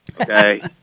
okay